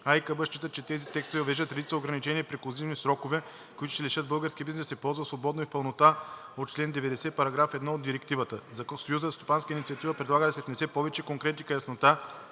АИКБ считат, че тези текстове въвеждат редица ограничения и преклузивни срокове, които ще лишат българския бизнес да се ползва свободно и в пълнота от чл. 90, параграф 1 от Директива 2006/112/ЕО. Съюзът за стопанска инициатива предлага да се внесе повече конкретика и яснота